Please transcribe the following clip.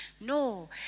No